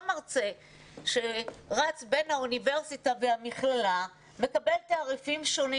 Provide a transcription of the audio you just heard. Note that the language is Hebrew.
שרץ בין האוניברסיטה והמכללה מקבל תעריפים שונים.